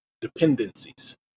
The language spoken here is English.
dependencies